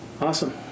Awesome